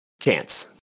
Chance